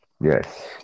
Yes